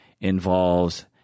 involves